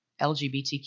LGBTQ